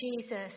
Jesus